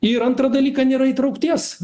ir antrą dalyką nėra įtraukties